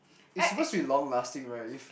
it's suppose to be long lasting right